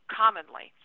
commonly